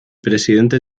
presidente